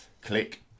click